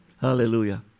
Hallelujah